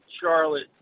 Charlotte